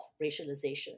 racialization